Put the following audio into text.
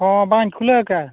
ᱦᱮᱸ ᱵᱟᱹᱧ ᱠᱷᱩᱞᱟᱹᱣ ᱠᱟᱜᱼᱟ